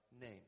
name